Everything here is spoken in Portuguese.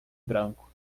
branco